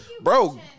Bro